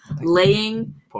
Laying